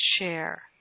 share